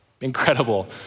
Incredible